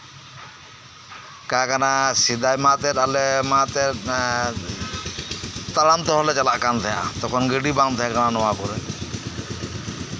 ᱚᱱᱠᱟ ᱠᱟᱱᱟ ᱥᱮᱫᱟᱭ ᱢᱟ ᱮᱱᱛᱮᱫ ᱟᱞᱮ ᱢᱟ ᱮᱱᱛᱮᱫ ᱛᱟᱲᱟᱢ ᱛᱮᱦᱚᱸ ᱞᱮ ᱪᱟᱞᱟᱜ ᱠᱟᱱ ᱛᱟᱦᱮᱸᱱᱟ ᱛᱚᱠᱷᱚᱱ ᱜᱟᱹᱰᱤ ᱵᱟᱝ ᱛᱟᱦᱮᱸ ᱠᱟᱱᱟ ᱱᱚᱣᱟ ᱠᱚᱨᱮ